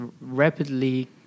rapidly